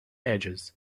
edges